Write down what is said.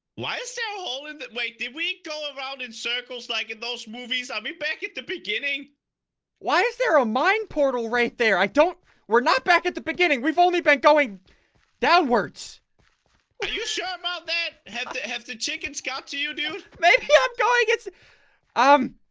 lifestyle whole in that way. did we go around in circles like in those movies. i'll be back at the beginning why is there a mind portal right there? i don't we're not back at the beginning. we've only been going downwards but you sure about that have to have the chicken scout to you. do maybe ah i guess i'm